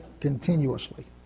continuously